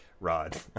Rod